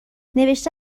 نوشته